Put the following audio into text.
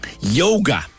Yoga